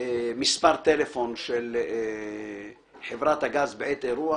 מספר טלפון של חברת הגז בעת אירוע,